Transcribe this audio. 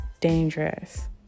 dangerous